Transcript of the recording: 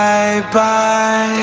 Bye-bye